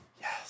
Yes